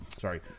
sorry